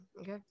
okay